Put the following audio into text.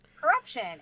corruption